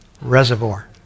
Reservoir